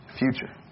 future